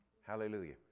Hallelujah